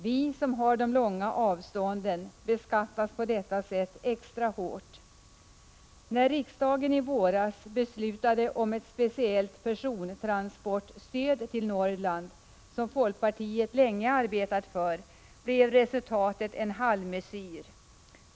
Vi som har de långa avstånden beskattas på detta sätt extra hårt. När riksdagen i våras beslutade om ett speciellt persontransportstöd till Norrland, som folkpartiet länge arbetat för, blev resultatet en halvmesyr.